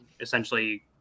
essentially